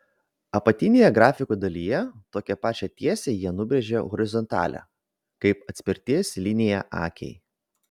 apatinėje grafiko dalyje tokią pačią tiesę jie nubrėžė horizontalią kaip atspirties liniją akiai